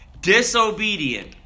Disobedient